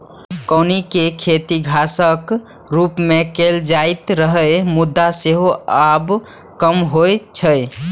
कौनी के खेती घासक रूप मे कैल जाइत रहै, मुदा सेहो आब कम होइ छै